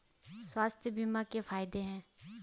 स्वास्थ्य बीमा के फायदे हैं?